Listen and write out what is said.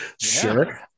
Sure